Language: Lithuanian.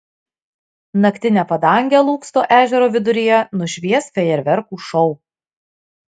naktinę padangę lūksto ežero viduryje nušvies fejerverkų šou